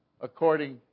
according